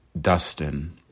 Dustin